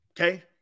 Okay